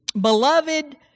beloved